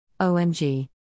OMG